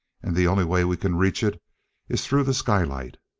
and the only way we can reach it is through the skylight.